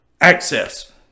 access